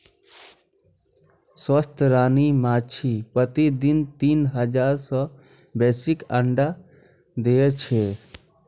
स्वस्थ रानी माछी प्रतिदिन तीन हजार सं बेसी अंडा दै छै